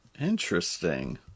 Interesting